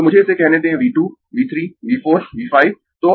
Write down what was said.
तो मुझे इसे कहने दें V 2 V 3 V 4 V 5